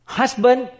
husband